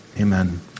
Amen